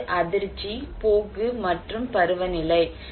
ஒன்று அதிர்ச்சி போக்கு மற்றும் பருவநிலை